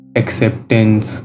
acceptance